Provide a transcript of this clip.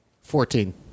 Fourteen